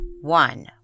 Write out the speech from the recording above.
one